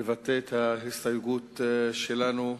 לבטא את ההסתייגות שלנו,